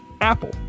Apple